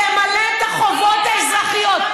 למלא את החובות האזרחיות.